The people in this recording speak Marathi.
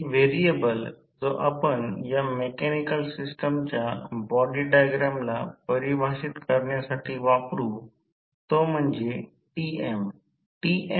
एक व्हेरिएबल जो आपण या मेकॅनिकल सिस्टमच्या बॉडी डायग्रामला परिभाषित करण्यासाठी वापरू तो म्हणजे Tm